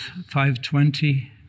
520